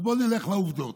אז בואו נלך לעובדות.